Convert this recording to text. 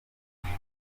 ukuri